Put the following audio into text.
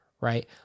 Right